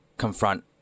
confront